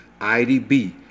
IDB